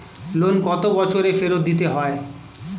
Loan কত বছরে ফেরত দিতে হয়?